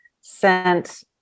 sent